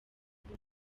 rwo